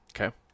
Okay